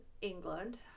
England